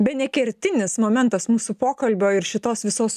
bene kertinis momentas mūsų pokalbio ir šitos visos